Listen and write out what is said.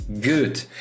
good